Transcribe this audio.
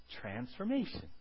transformation